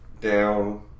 down